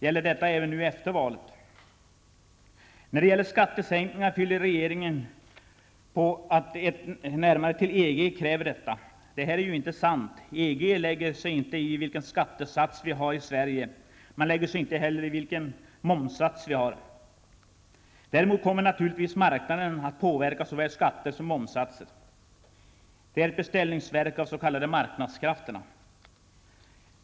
Gäller detta även nu efter valet? När det gäller skattesänkningar skyller regeringen på att ett närmande till EG kräver detta. Det är inte sant. EG lägger sig inte i vilken skattesats vi har i Sverige. Man lägger sig inte heller i vilken momssats vi har. Däremot kommer naturligtvis marknaden att påverka såväl skatter som momssatser. Det är ett beställningsverk av de s.k. marknadskrafterna.